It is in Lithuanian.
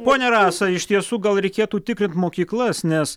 ponia rasa iš tiesų gal reikėtų tikrint mokyklas nes